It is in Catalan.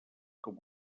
com